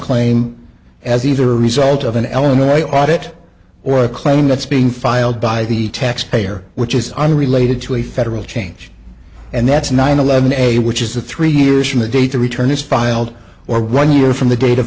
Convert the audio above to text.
claim as either a result of an elementary audit or a claim that's being filed by the taxpayer which is unrelated to a federal change and that's nine eleven a which is the three years from the date the return is filed or one year from the dat